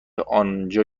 آنجا